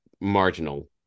marginal